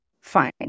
Fine